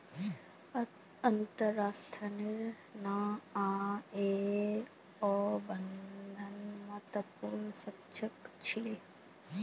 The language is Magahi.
अंतर्राष्ट्रीय नियंत्रनेर त न आई.एस.ओ बेहद महत्वपूर्ण संस्था छिके